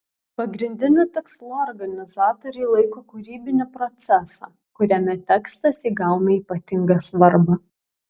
pagrindiniu tikslu organizatoriai laiko kūrybinį procesą kuriame tekstas įgauna ypatingą svarbą